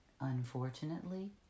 Unfortunately